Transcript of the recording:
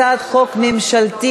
על הצעת חוק ממשלתית,